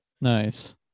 Nice